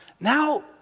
Now